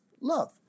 love